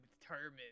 determined